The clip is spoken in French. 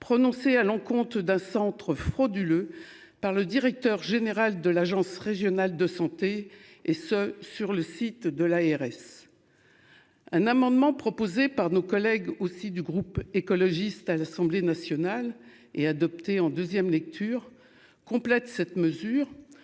prononcée à l'encontre d'un centre frauduleux par le directeur général de l'Agence Régionale de Santé et ce sur le site de l'ARS. Un amendement proposé par nos collègues aussi du groupe écologiste à l'Assemblée nationale et adopté en 2ème lecture complète cette mesure